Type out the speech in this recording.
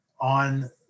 on